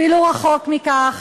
אפילו רחוק מכך,